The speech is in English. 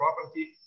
Property